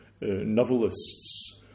novelists